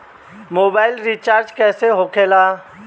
Mobile recharge कैसे होखे ला?